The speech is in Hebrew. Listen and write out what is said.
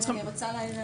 אני רוצה להעיר הערה.